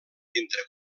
entre